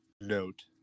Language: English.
note